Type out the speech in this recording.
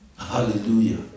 Hallelujah